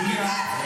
מה זה ימין?